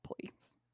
please